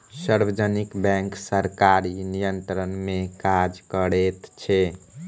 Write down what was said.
सार्वजनिक बैंक सरकारी नियंत्रण मे काज करैत छै